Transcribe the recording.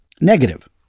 negative